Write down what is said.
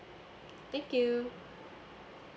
thank you